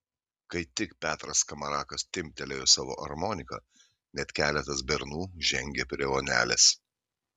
kai tik petras skamarakas timptelėjo savo armoniką net keletas bernų žengė prie onelės